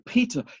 Peter